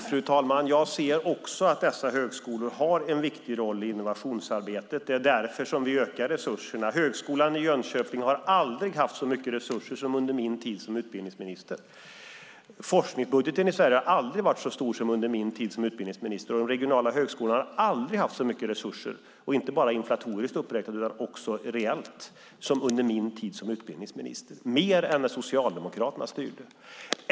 Fru talman! Jag ser också att dessa högskolor har en viktig roll i innovationsarbetet. Det är därför vi ökar resurserna. Högskolan i Jönköping har aldrig haft så mycket resurser som under min tid som utbildningsminister. Forskningsbudgeten i Sverige har aldrig varit så stor som under min tid som utbildningsminister. De regionala högskolorna har aldrig haft så mycket resurser, inte bara inflatoriskt uppräknade utan också reellt, som under min tid som utbildningsminister. Det är mer än när Socialdemokraterna styrde.